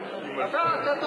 מה אתה רוצה?